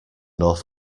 north